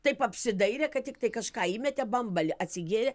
taip apsidairė kad tiktai kažką įmetė bambalį atsigėrė